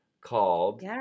called